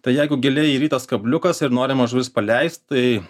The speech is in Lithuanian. tai jeigu giliai įvytas kabliukas ir norima žuvis paleist tai